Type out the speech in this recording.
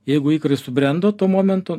jeigu ikrai subrendo tuo momentu